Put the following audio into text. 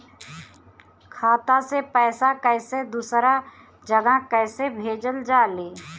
खाता से पैसा कैसे दूसरा जगह कैसे भेजल जा ले?